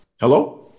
hello